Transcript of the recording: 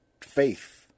faith